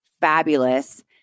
fabulous